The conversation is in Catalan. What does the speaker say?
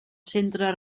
centre